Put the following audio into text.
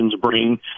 bring